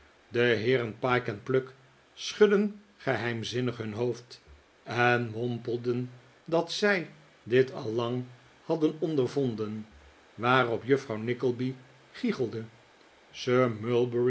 de heeren pyke en pluck schudden geheimzinnig hun hoofd en mompelden dat zij dit al lang hadden ondervonden waarop juffrouw nickleby gichelde